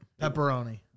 pepperoni